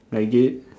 like it